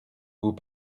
vous